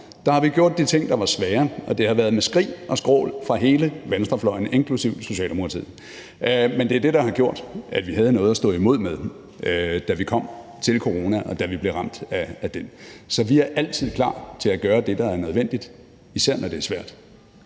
Der har vi gjort de ting, der er svære, og det har været med skrig og skrål fra hele venstrefløjen inklusive Socialdemokratiet; men det er det, der har gjort, at vi havde noget at stå imod med, da vi kom til corona og blev ramt af den. Så vi er altid klar til at gøre det, der er nødvendigt – især når det er svært.